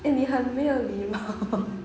eh 你很没有礼貌